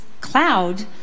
cloud